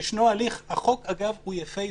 החוק אגב הוא יפהפה,